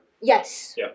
Yes